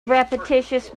repetitious